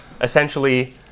essentially